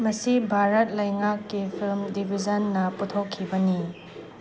ꯃꯁꯤ ꯚꯥꯔꯠ ꯂꯩꯉꯥꯛꯀꯤ ꯐꯤꯂꯝ ꯗꯤꯕꯤꯖꯟꯅ ꯄꯨꯊꯣꯛꯈꯤꯕꯅꯤ